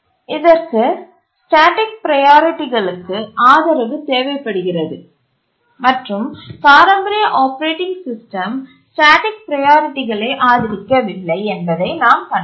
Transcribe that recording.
இதற்கு ஸ்டேட்டிக் ப்ரையாரிட்டிகளுக்கு ஆதரவு தேவைப்படுகிறது மற்றும் பாரம்பரிய ஆப்பரேட்டிங் சிஸ்டம் ஸ்டேட்டிக் ப்ரையாரிட்டிகளை ஆதரிக்கவில்லை என்பதை நாம் கண்டோம்